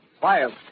Fire